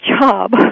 job